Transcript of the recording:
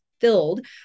filled